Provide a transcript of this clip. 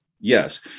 Yes